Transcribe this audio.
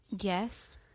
yes